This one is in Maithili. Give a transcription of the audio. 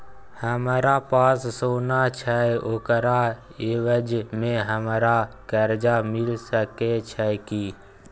हमरा पास सोना छै ओकरा एवज में हमरा कर्जा मिल सके छै की?